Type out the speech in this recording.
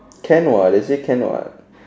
can what they say can what